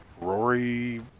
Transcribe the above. Rory